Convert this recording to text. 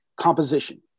composition